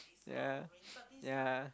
ya ya